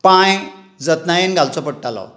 पांय जतनायेन घालचो पडटालो